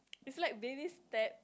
it's like baby step